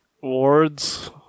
wards